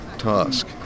task